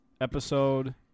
episode